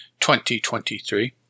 2023